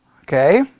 Okay